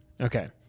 Okay